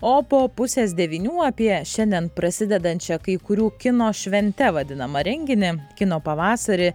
o po pusės devynių apie šiandien prasidedančią kai kurių kino švente vadinamą renginį kino pavasarį